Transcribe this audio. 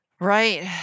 Right